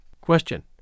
Question